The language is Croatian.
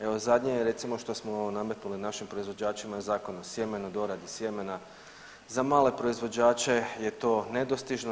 Evo zadnje recimo što smo nametnuli našim proizvođačima je Zakon o sjemenu, doradi sjemena, za male proizvođače je to nedostižno.